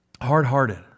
Hard-hearted